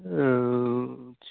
ओऽऽ अच्छा